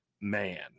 man